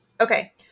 Okay